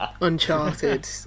Uncharted